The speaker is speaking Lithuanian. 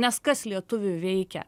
nes kas lietuvį veikia